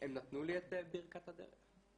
הם נתנו לי את ברכת הדרך.